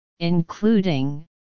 including